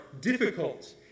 difficult